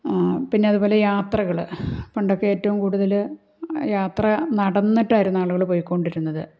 പിന്നെ അതുപോലെ യാത്രകൾ പണ്ടൊക്കെ ഏറ്റവും കൂടുതൽ യാത്ര നടന്നിട്ടായിരുന്നു ആളുകൾ പോയി കൊണ്ടിരുന്നത്